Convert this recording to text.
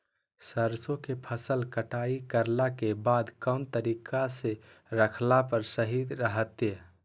सरसों के फसल कटाई करला के बाद कौन तरीका से रखला पर सही रहतय?